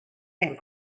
and